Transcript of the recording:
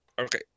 Okay